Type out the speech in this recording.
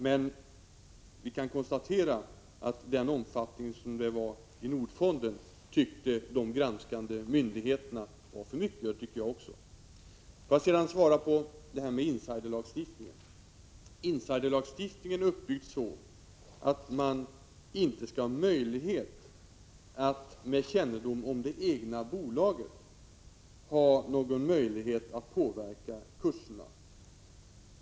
Men vi kan konstatera att de granskande myndigheterna tyckte att Nordfondens s.k. korta affärer hade för stor omfattning — och det tycker också jag. Får jag sedan svara på Per-Richard Moléns frågor om insiderlagstiftningen. Den är uppbyggd så, att man inte skall ha möjlighet att med kännedom om särskilda förhållanden i det egna bolaget skall kunna påverka kurserna.